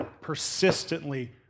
persistently